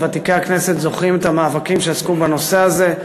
ותיקי הכנסת זוכרים את המאבקים שעסקו בנושא הזה,